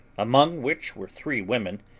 among which were three women,